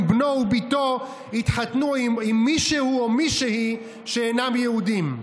בנו או בתו יתחתנו עם מישהו או מישהי שאינם יהודים".